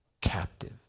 captive